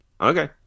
Okay